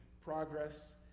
progress